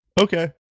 Okay